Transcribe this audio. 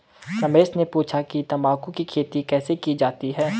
रमेश ने पूछा कि तंबाकू की खेती कैसे की जाती है?